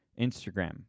Instagram